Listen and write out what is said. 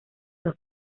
dos